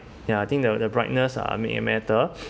ya I think the the brightness uh make it matter